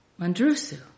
Mandrusu